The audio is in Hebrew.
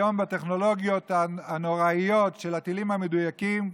היום בטכנולוגיות הנוראיות של הטילים המדויקים,